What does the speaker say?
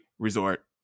resort